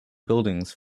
buildings